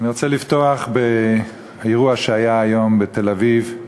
אני רוצה לפתוח באירוע שהיה היום בתל-אביב.